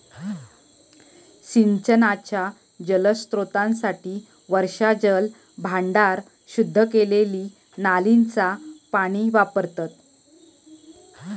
सिंचनाच्या जलस्त्रोतांसाठी वर्षाजल भांडार, शुद्ध केलेली नालींचा पाणी वापरतत